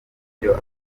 ibyo